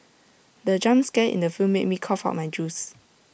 the jump scare in the film made me cough out my juice